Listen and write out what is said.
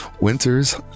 Winters